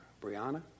Brianna